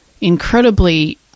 incredibly